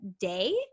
day